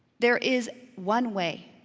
there is one way.